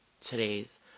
today's